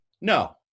No